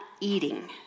eating